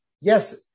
Yes